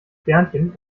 sternchen